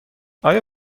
آیا